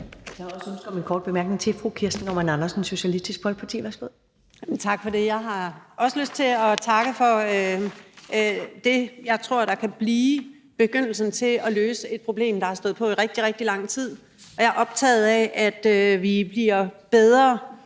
Der er også et ønske om en kort bemærkning fra fru Kirsten Normann Andersen, Socialistisk Folkeparti. Værsgo. Kl. 11:07 Kirsten Normann Andersen (SF): Tak for det. Jeg har også lyst til at takke for det, jeg tror kan blive begyndelsen til at løse et problem, der har stået på i rigtig, rigtig lang tid. Og jeg er optaget af, at vi bliver bedre